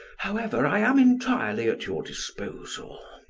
however, i am entirely at your disposal